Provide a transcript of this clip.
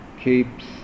keeps